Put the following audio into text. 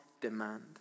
demand